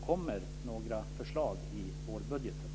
Kommer det några förslag i vårbudgeten?